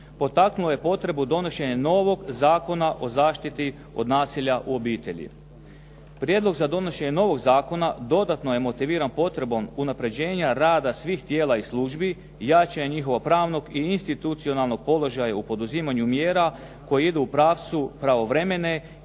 potaknuo je potrebu donošenjem novog Zakona o zaštiti od nasilja u obitelji. Prijedlog za donošenje novog zakona dodatno je motiviran potrebom unaprjeđenja rada svih tijela i služi i jačanja njihovog pravnog i institucionalnog položaja u poduzimanju mjera koje idu u pravcu pravovremene